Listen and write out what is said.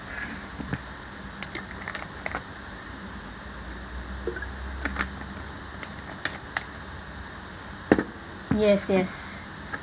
yes yes